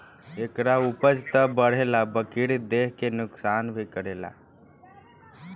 एकरा उपज त बढ़ेला बकिर देह के नुकसान भी करेला